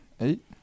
Eight